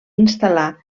instal·lar